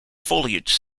foliage